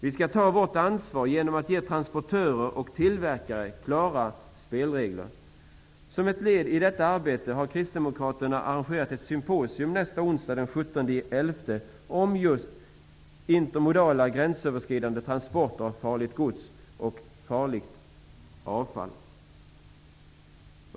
Vi skall ta vårt ansvar genom att ge transportörer och tillverkare klara spelregler. Som ett led i detta arbete har Kristdemokraterna arrangerat ett symposium onsdagen den 17 november om just intermodala gränsöverskridande transporter av farligt gods och avfall.